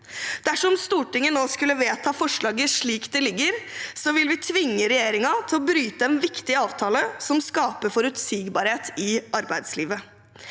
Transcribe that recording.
Dersom Stortinget nå skulle vedta forslaget slik det foreligger, vil vi tvinge regjeringen til å bryte en viktig avtale som skaper forutsigbarhet i arbeidslivet.